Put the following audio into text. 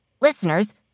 listeners